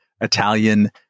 Italian